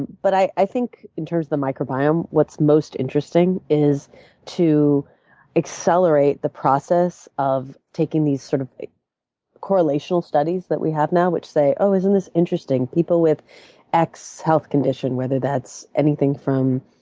but i think in terms of the microbiome what's most interesting is to accelerate the process of taking these sort of like correlational studies that we have now, which say, oh, isn't this interesting. people with x health condition, whether that's anything from